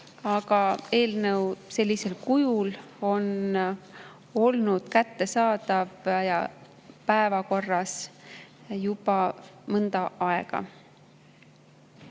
aga eelnõu on sellisel kujul olnud kättesaadav ja päevakorras juba mõnda aega.